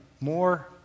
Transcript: more